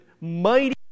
mighty